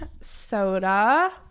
soda